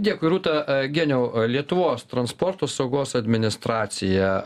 dėkui rūta geniau lietuvos transporto saugos administracija